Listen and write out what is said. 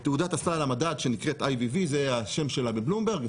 את תעודת הסל המדד שנקראת --- זה השם שלה בלומברג,